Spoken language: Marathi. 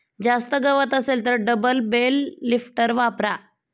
जास्त गवत असेल तर डबल बेल लिफ्टर वापरा